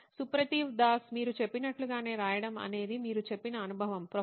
సుప్రతీవ్ Das CTO నోయిన్ electronics మీరు చెప్పినట్లుగానే రాయడం అనేది మీరు చెప్పిన అనుభవం